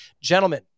Gentlemen